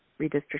redistricting